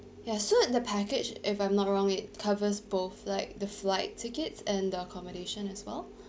ya so the package if I'm not wrong it covers both like the flight tickets and the accommodation as well